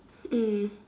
mm